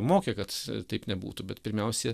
mokė kad taip nebūtų bet pirmiausia